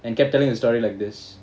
and kept telling the story like this